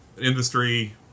industry